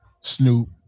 Snoop